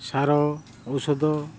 ସାର ଔଷଧ